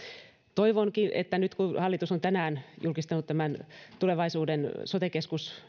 toivonkin että nyt kun hallitus on tänään julkistanut tämän tulevaisuuden sote keskus